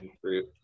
fruit